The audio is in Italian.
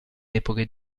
epoche